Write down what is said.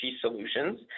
solutions